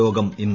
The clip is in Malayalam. യോഗം ഇന്ന്